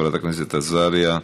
חברת הכנסת עזריה,